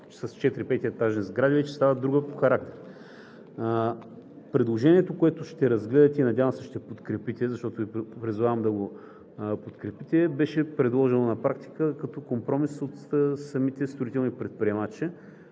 с четири-пететажни сгради, става друга по характер. Предложението, което ще разгледате и, надявам се, ще подкрепите, защото Ви призовавам да го подкрепите, беше предложено на практика като компромис от самите строителни предприемачи,